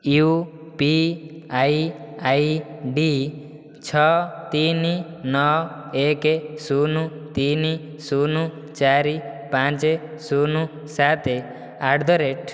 UPI ID ଛଅ ତିନି ନଅ ଏକ ଶୂନ ତିନି ଶୂନ ଚାରି ପାଞ୍ଚ ଶୂନ ସାତ ଆଟ୍ ଦ ରେଟ୍